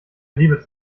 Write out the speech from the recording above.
liebe